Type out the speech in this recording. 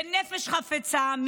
בנפש חפצה,